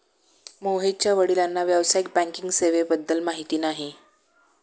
मोहितच्या वडिलांना व्यावसायिक बँकिंग सेवेबद्दल माहिती नाही